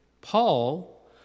Paul